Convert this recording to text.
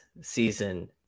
season